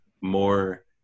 more